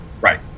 right